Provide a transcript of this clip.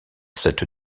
cette